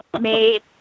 made